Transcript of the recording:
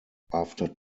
after